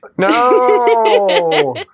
No